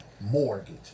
mortgage